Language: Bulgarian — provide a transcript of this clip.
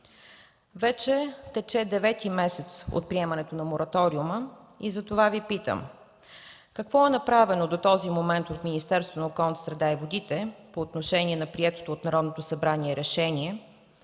тече девети месец от приемането на мораториума и затова Ви питам: какво е направено до този момент от Министерството на околната среда и водите по отношение на приетото от Народното събрание решение?